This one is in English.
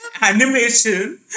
animation